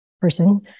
person